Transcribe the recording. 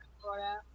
Florida